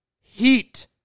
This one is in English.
heat